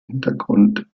hintergrund